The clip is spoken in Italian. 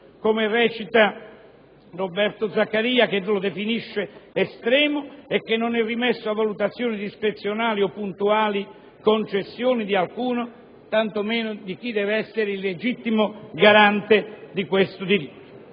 come recita Roberto Zaccaria, che lo definisce estremo e non rimesso a valutazioni discrezionali o a puntuali concessioni di alcuno, tanto meno di chi deve esserne il legittimo garante. È un principio